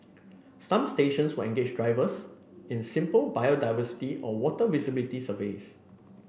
some stations will engage divers in simple biodiversity or water visibility surveys